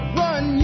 run